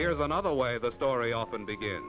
here is another way the story often begin